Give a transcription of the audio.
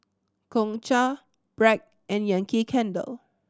Gongcha Bragg and Yankee Candle